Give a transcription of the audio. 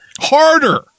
Harder